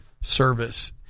service